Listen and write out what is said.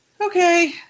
Okay